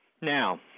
now